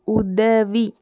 உதவி